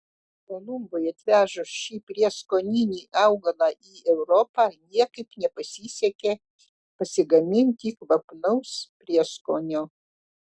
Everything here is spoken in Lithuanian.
kolumbui atvežus šį prieskoninį augalą į europą niekaip nepasisekė pasigaminti kvapnaus prieskonio